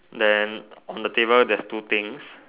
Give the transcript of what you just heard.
then on the table there's two things